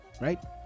right